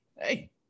hey